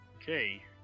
Okay